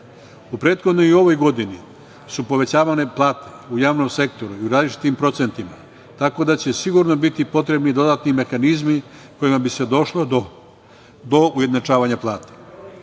U prethodnoj i ovoj godini su povećavane plate u javnom sektoru i u različitim procentima, tako da će sigurno biti potrebni dodatni mehanizmi kojima bi se došlo do ujednačavanja plata. Treba